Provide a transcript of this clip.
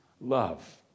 love